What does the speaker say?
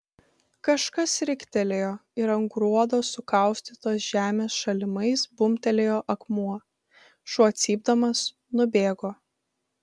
kažkas riktelėjo ir ant gruodo sukaustytos žemės šalimais bumbtelėjo akmuo šuo cypdamas nubėgo